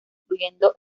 incluyendo